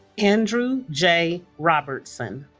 andrew j. robertson